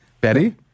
Betty